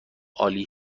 عالی